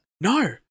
No